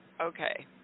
Okay